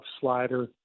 slider